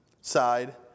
side